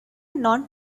non